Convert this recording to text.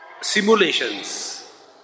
simulations